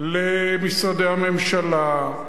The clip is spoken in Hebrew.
למשרדי הממשלה.